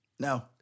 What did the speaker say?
No